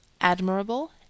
admirable